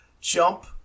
jump